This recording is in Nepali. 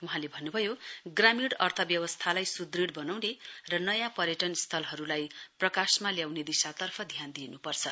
वहाँले भन्न्भयो ग्रामीण अर्थव्यवस्थालाई स्ृृड बनाउने र नयाँ पर्यटन स्थलहरूलाई प्रकाशमा ल्याउने दिशातर्फ ध्यान दिन्पर्छ